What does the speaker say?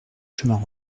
chemins